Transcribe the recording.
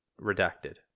redacted